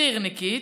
חי"רניקית,